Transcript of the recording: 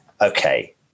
okay